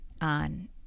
on